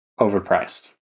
overpriced